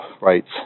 rights